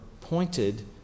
pointed